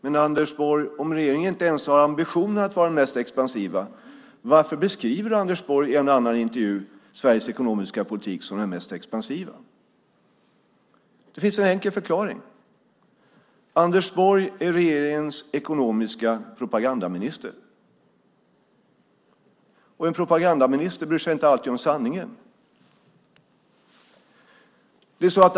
Men Anders Borg, om regeringen inte ens har ambitionen att den ekonomiska politiken ska vara den mest expansiva, varför beskriver du då, i en intervju, Sveriges ekonomiska politik som den mest expansiva? Det finns en enkel förklaring. Anders Borg är regeringens ekonomiska propagandaminister. En propagandaminister bryr sig inte alltid om sanningen.